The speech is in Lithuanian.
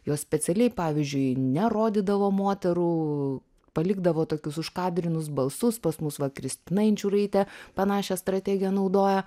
jos specialiai pavyzdžiui nerodydavo moterų palikdavo tokius užkadrinius balsus pas mus va kristina inčiūraitė panašią strategiją naudoja